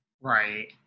right